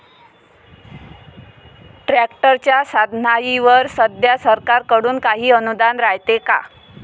ट्रॅक्टरच्या साधनाईवर सध्या सरकार कडून काही अनुदान रायते का?